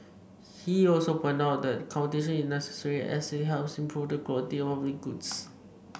he also pointed out that competition is necessary as it helps improve the quality of public goods